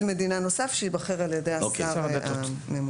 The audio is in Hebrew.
מדינה נוסף שייבחר על ידי השר הממונה.